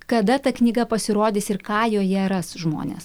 kada ta knyga pasirodys ir ką joje ras žmonės